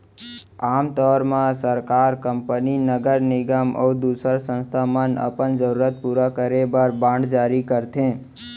आम तौर म सरकार, कंपनी, नगर निगम अउ दूसर संस्था मन अपन जरूरत पूरा करे बर बांड जारी करथे